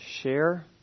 share